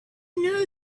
know